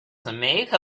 make